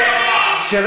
כולם פאשיסטים בימין,